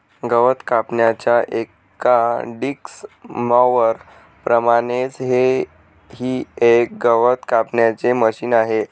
गवत कापण्याच्या एका डिक्स मॉवर प्रमाणेच हे ही एक गवत कापण्याचे मशिन आहे